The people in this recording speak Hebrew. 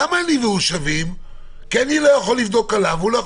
הוא לא יכול לבדוק עליי ואני לא יכול לבדוק עליו.